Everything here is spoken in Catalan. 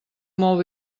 molt